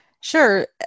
Sure